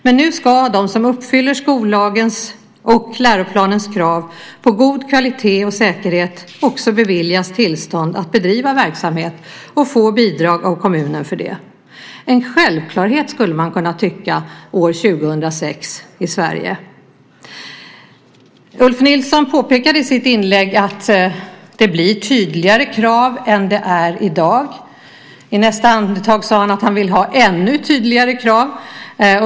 Men nu ska de som uppfyller skollagens och läroplanens krav på god kvalitet och säkerhet också beviljas tillstånd att bedriva verksamhet och få bidrag av kommunen för det. En självklarhet år 2006 i Sverige, skulle man kunna tycka. Ulf Nilsson påpekade i sitt inlägg att det blir tydligare krav än det är i dag. I nästa andetag sade han att han vill ha ännu tydligare krav.